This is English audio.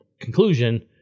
conclusion